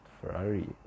Ferrari